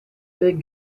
big